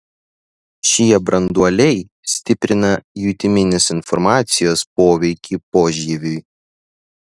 šie branduoliai stiprina jutiminės informacijos poveikį požieviui